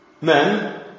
Men